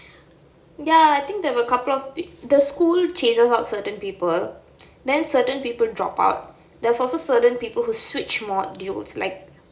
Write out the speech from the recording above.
ya I think there were a couple of the school chases out certain people then certain people drop out there's also certain people who switch modules like